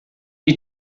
die